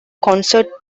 concert